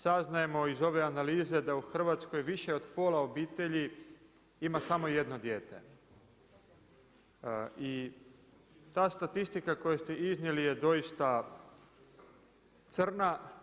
Saznajemo iz ove analize da u Hrvatskoj više od pola obitelji ima samo jedno dijete i ta statistika koju ste iznijeli je doista crna.